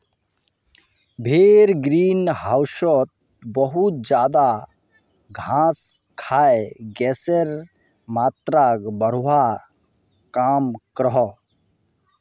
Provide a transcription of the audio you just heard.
भेड़ ग्रीन होउसोत बहुत ज्यादा घास खाए गसेर मात्राक बढ़वार काम क्रोह